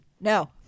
No